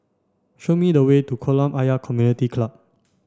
show me the way to Kolam Ayer Community Club